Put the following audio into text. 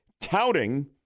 touting